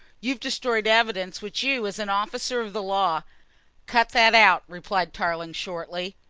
you've destroyed evidence which you, as an officer of the law cut that out, replied tarling shortly.